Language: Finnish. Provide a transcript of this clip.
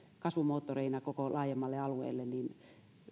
kasvumoottoreina koko laajemmalle alueelle niin